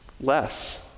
less